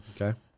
Okay